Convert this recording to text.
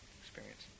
experience